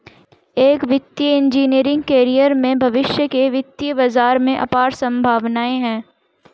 एक वित्तीय engineering career में भविष्य के वित्तीय बाजार में अपार संभावनाएं हैं